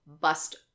bust